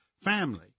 family